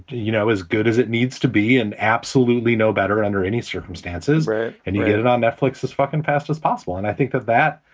you know, as good as it needs to be and absolutely no better and under any circumstances. right. and you get it on netflix this fucking fast as possible. and i think that that,